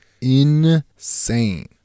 insane